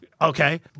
Okay